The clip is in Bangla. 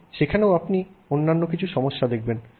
সেখানেও আপনি কিছু অন্যান্য সমস্যা দেখবেন